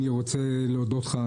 אני רוצה להודות לך,